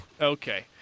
okay